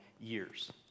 years